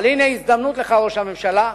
אבל הנה הזדמנות לך, ראש הממשלה.